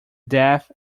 death